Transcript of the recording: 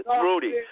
Rudy